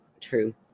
True